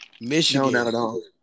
Michigan